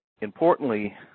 Importantly